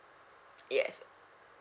yes